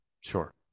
Sure